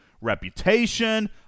reputation